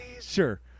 sure